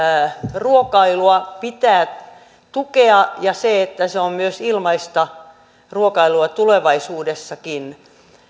ruokailua pitää tukea ja sen on oltava ilmaista ruokailua tulevaisuudessakin